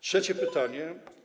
Trzecie pytanie.